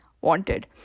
wanted